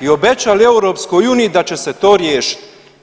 i obećali EU da će se to riješiti.